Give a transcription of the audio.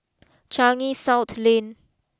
Changi South Lane